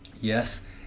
yes